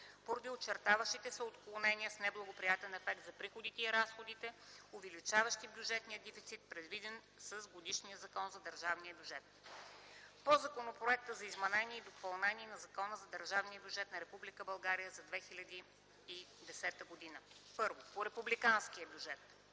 поради очертаващите се отклонения с неблагоприятен ефект за приходите и разходите, увеличаващи бюджетния дефицит, предвиден с годишния Закон за държавния бюджет. По Законопроекта за изменение и допълнение на Закона за държавния бюджет на Република България за 2010 г.: 1. По републиканския бюджет.